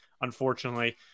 Unfortunately